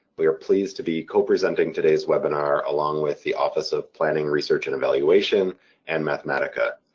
we are pleased to be co-presenting today's webinar along with the office of planning, research, and evaluation and mathematica.